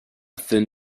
thin